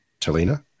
Talina